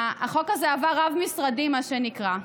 החוק הזה עבר רב-משרדי, מה שנקרא,